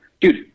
Dude